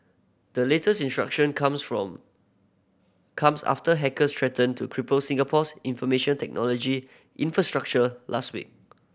the latest introduction comes from comes after hackers threatened to cripple Singapore's information technology infrastructure last week